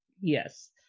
yes